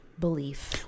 belief